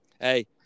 Hey